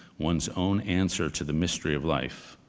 one's own answer to the mystery of life.